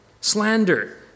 Slander